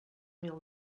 mil